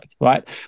right